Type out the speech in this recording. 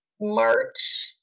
march